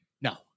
No